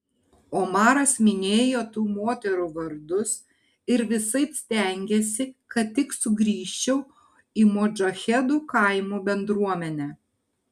omaras minėjo tų moterų vardus ir visaip stengėsi kad tik sugrįžčiau į modžahedų kaimo bendruomenę